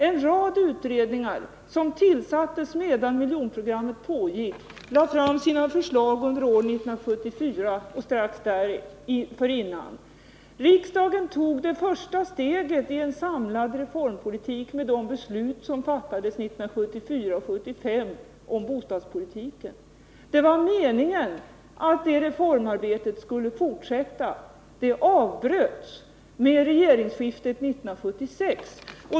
En rad utredningar, som tillsattes medan miljonprogrammet pågick, lade fram sina förslag under år 1974 och dessförinnan. Riksdagen tog det första steget i en samlad reformpolitik med de beslut om bostadspolitiken som fattades 1974 och 1975. Det var meningen att det reformarbetet skulle fortsätta, men det avbröts i och med regeringsskiftet 1976.